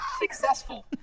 successful